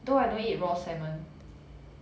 though I don't eat raw salmon